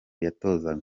yatozaga